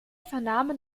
vernahmen